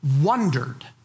wondered